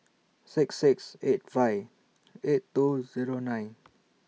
six six eight five eight two Zero nine